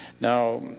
Now